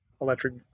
electric